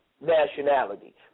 nationality